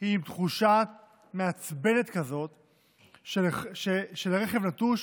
עם תחושה מעצבנת כזאת שלרכב נטוש